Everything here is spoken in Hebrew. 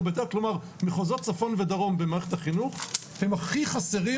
כלומר מחוזות צפון ודרום במערכת החינוך הם הכי חסרים,